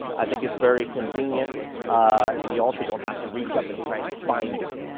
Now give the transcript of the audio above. i think it's very convenient and you also don't have to reach up and try to find it.